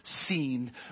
seen